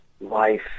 life